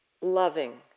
loving